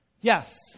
Yes